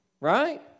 Right